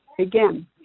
Again